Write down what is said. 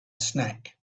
snack